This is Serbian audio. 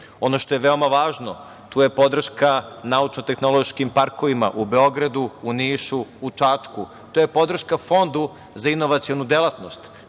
što je veoma važno, tu je podrška naučno-tehnološkim parkovima u Beogradu, Nišu, Čačku. To je podrška Fondu za inovacionu delatnost.